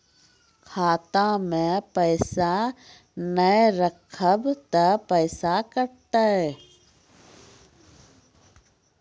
खाता मे पैसा ने रखब ते पैसों कटते?